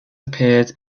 appeared